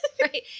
Right